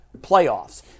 Playoffs